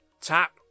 Tap